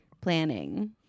planning